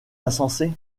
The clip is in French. insensé